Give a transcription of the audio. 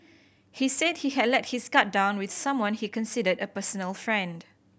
he said he had let his guard down with someone he considered a personal friend